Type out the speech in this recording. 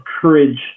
courage